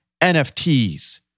NFTs